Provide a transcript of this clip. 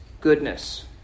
goodness